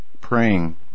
praying